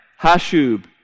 Hashub